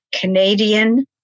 Canadian